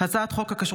מאת חברי הכנסת